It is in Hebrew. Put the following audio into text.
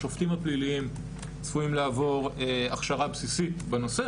השופטים הפליליים צפויים לעבור הכשרה בסיסית בנושא,